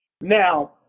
Now